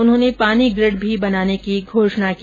उन्होंने पानी ग्रिड भी बनाने की घोषणा की